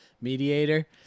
mediator